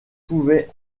pouvait